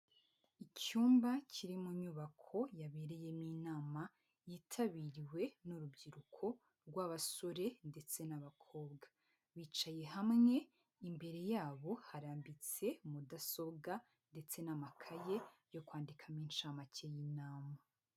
Icyumba kiri mu nyubako yabereyemo inama, yitabiriwe n'urubyiruko rw'abasore ndetse n'abakobwa